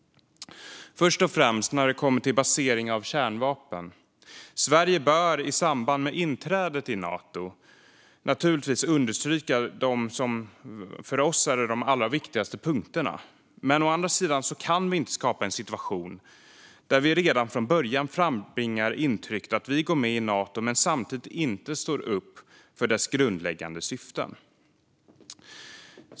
Först och främst, när det kommer till basering av kärnvapen, bör Sverige i samband med inträdet i Nato naturligtvis understryka de för oss allra viktigaste punkterna, men å andra sidan kan vi inte skapa en situation där vi redan från början frambringar intrycket att vi går med i Nato men samtidigt inte står upp för dess grundläggande syften.